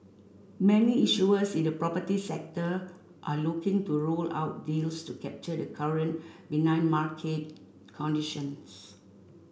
many issuers in the property sector are looking to roll out deals to capture the current benign market conditions